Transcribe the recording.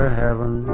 heaven